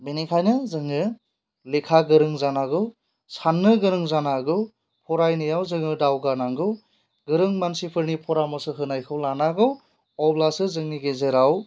बिनिखायनो जोङो लेखा गोरों जानांगौ सान्नो गोरों जानांगौ फरायनायाव जोङो दावगानांगौ गोरों मानसिफोरनि परामर्स होनायखौ लानांगौ अब्लासो जोंनि गेजेराव